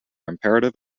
imperative